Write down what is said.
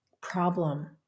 problem